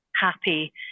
happy